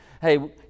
Hey